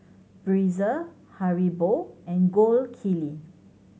Breezer Haribo and Gold Kili